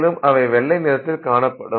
மேலும் அவை வெள்ளை நிறத்தில் காணப்படும்